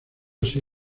así